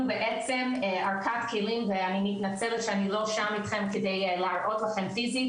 בעצם ערכת כלים ואני מתנצלת שאני לא שם איתכם כדי להראות לכם פיסית,